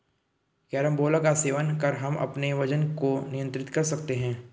carambola का सेवन कर हम अपने वजन को नियंत्रित कर सकते हैं